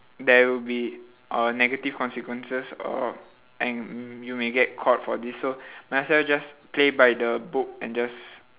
there will be uh negative consequences or and mm you may get caught for this so might as well just play by the book and just